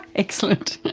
excellent!